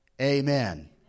Amen